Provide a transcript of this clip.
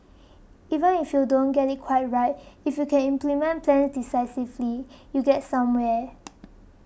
even if you don't get it quite right if you can implement plans decisively you get somewhere